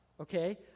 okay